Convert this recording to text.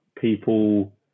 People